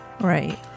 Right